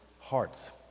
hearts